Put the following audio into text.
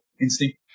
instinct